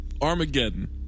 Armageddon